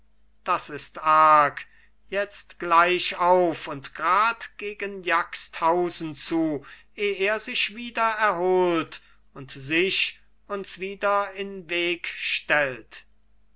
das ist arg jetzt gleich auf und grad gegen jagsthausen zu eh er sich erholt und sich uns wieder in weg stellt